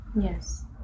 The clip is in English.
Yes